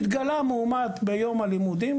התגלה מאומת ביום הלימודים,